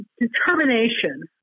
determination